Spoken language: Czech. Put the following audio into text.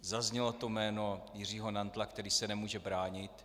Zaznělo tu jméno Jiřího Nantla, který se nemůže bránit.